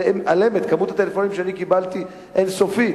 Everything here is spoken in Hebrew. על-אמת, כמות הטלפונים שאני קיבלתי היא אין-סופית,